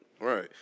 right